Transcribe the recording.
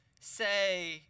say